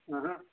हां